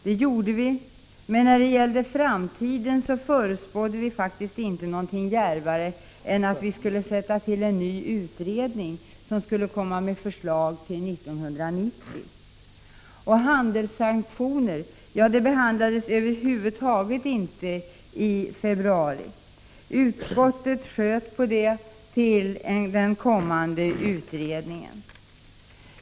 Det gjorde vi, men beträffande framtiden förutspådde vi faktiskt inte någonting djärvare än att vi skulle tillsätta en ny utredning som skulle komma med förslag till 1990. Frågan om handelssanktioner behandlades över huvud taget inte i februari — utskottet sköt detta till den kommande utredningen.